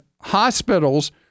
hospitals